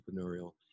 entrepreneurial